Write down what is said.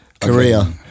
Korea